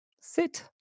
Sit